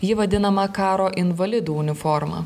ji vadinama karo invalidų uniforma